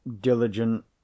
diligent